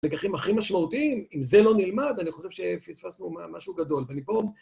לקחים הכי משמעותיים, אם זה לא נלמד, אני חושב שפיספסנו משהו גדול. ופה